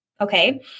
Okay